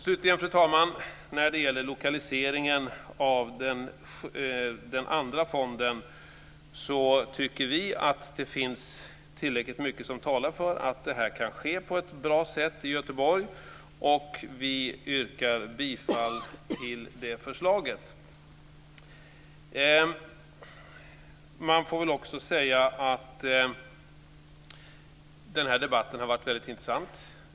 Slutligen, fru talman, vill jag säga något när det gäller lokaliseringen av den andra fonden. Vi tycker att det finns tillräckligt mycket som talar för att det här kan ske på ett bra sätt i Göteborg. Vi yrkar bifall till det förslaget. Den här debatten har varit väldigt intressant.